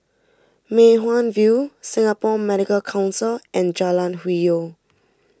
Mei Hwan View Singapore Medical Council and Jalan Hwi Yoh